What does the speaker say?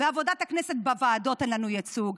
בעבודת הכנסת בוועדות אין לנו ייצוג,